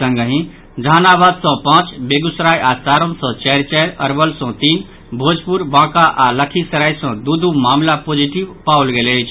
संगहि जहानाबाद सँ पांच बेगूसराय आ सारण सँ चारि चारि अरवल सँ तीन भोजपुर बांका आओर लखीसराय सँ दू दू मामिला पॉजिटिव पाओल गेल अछि